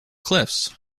cliffs